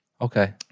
Okay